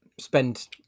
spend